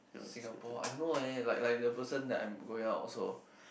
Singapore I don't know eh like like the person that I'm going out also